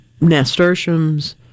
nasturtiums